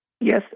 Yes